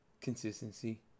Consistency